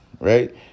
right